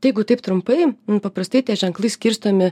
tai jeigu taip trumpai paprastai tie ženklai skirstomi